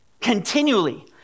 Continually